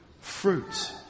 fruit